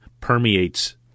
permeates